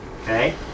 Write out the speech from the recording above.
Okay